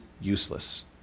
useless